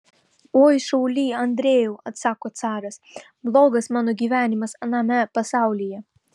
oi šauly andrejau atsako caras blogas mano gyvenimas aname pasaulyje